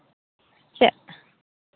ᱪᱮᱫ